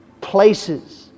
places